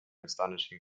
astonishing